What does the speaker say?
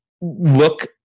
look